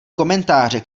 komentáře